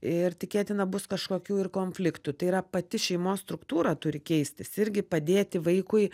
ir tikėtina bus kažkokių ir konfliktų tai yra pati šeimos struktūra turi keistis irgi padėti vaikui